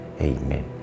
Amen